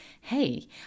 hey